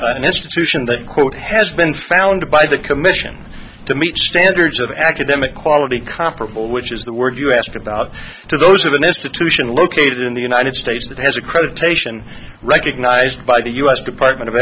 an institution that quote has been found by the commission to meet standards of academic quality comparable which is the word you asked about to those of an institution located in the united states that has accreditation recognized by the u s department of